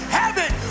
heaven